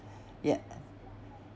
ye~